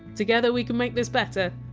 together we can make this better.